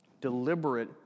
Deliberate